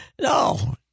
No